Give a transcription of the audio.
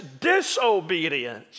disobedience